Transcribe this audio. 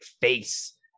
face